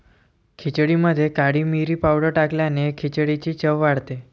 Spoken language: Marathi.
खिचडीमध्ये काळी मिरी पावडर टाकल्याने खिचडीची चव वाढते